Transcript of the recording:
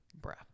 Bruh